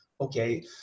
okay